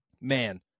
man